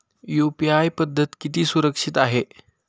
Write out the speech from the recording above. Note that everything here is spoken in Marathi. यु.पी.आय पद्धत किती सुरक्षित आहे?